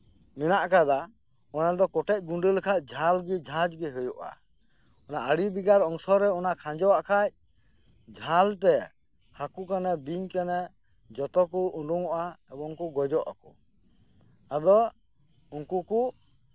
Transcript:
ᱢᱮᱱᱟᱜ ᱟᱠᱟᱫᱟ ᱚᱱᱟᱫᱚ ᱠᱚᱴᱮᱡ ᱜᱩᱸᱰᱟᱹ ᱞᱮᱠᱷᱟᱡ ᱡᱷᱟᱞᱜᱤ ᱡᱷᱟᱸᱡᱜᱤ ᱦᱩᱭᱩᱜ ᱟ ᱚᱱᱟ ᱟᱲᱤᱵᱮᱜᱟᱨ ᱚᱝᱥᱚᱨᱮ ᱠᱷᱟᱸᱡᱚᱣᱟᱜ ᱠᱷᱟᱡ ᱡᱷᱟᱞᱛᱮ ᱦᱟ ᱠᱩ ᱠᱟᱱᱮ ᱵᱤᱧ ᱠᱟᱱᱮ ᱡᱚᱛᱚ ᱠᱚ ᱩᱸᱰᱩᱝᱚᱜ ᱟ ᱮᱵᱚᱝ ᱠᱩ ᱜᱚᱡᱚᱜ ᱟᱠᱩ ᱟᱫᱚ ᱩᱱᱠᱩᱠᱩ